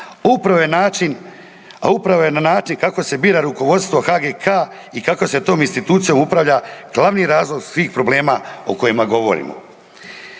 Upravo je na način kako se bira rukovodstvo HGK-a i kako se tom institucijom upravlja glavni razlog svih problema o kojima govorimo.